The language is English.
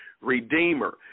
redeemer